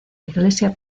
iglesia